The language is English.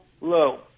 low